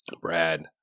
Brad